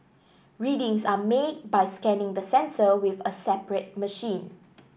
readings are made by scanning the sensor with a separate machine